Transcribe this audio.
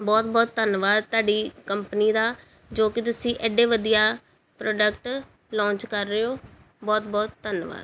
ਬਹੁਤ ਬਹੁਤ ਧੰਨਵਾਦ ਤੁਹਾਡੀ ਕੰਪਨੀ ਦਾ ਜੋ ਕਿ ਤੁਸੀਂ ਐਡੇ ਵਧੀਆ ਪ੍ਰੋਡਕਟ ਲੋਂਚ ਕਰ ਰਹੇ ਹੋ ਬਹੁਤ ਬਹੁਤ ਧੰਨਵਾਦ